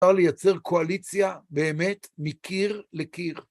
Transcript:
אפשר לייצר קואליציה באמת מקיר לקיר.